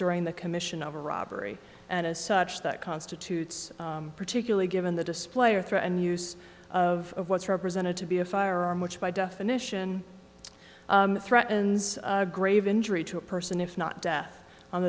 during the commission of a robbery and as such that constitutes particularly given the display or threat and use of what's represented to be a firearm which by definition threatens a grave injury to a person if not death on